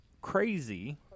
crazy